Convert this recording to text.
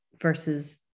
versus